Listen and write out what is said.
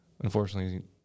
unfortunately